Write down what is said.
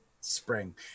Spring